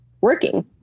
working